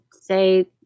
say